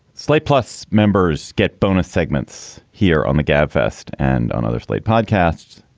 slate plus members get bonus segments here on the gabfest and on other slate podcast.